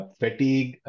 fatigue